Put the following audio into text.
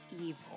evil